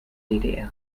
ddr